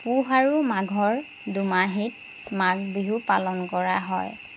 পুহ আৰু মাঘৰ দুমাহিত মাঘ বিহু পালন কৰা হয়